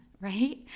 right